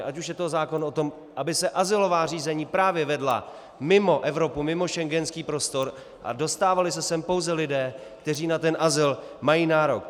Ať už je to zákon o tom, aby se azylová řízení právě vedla mimo Evropu, mimo schengenský prostor a dostávali se sem pouze lidé, kteří na ten azyl mají nárok.